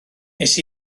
nes